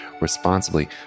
responsibly